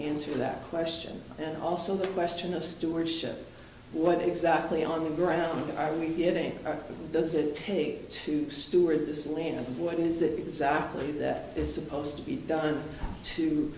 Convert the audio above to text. answering that question and also the question of stewardship what exactly on the ground are we getting or does it take to steward this lead and what is it exactly that is supposed to be done to